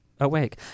awake